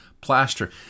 plaster